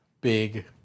big